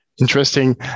Interesting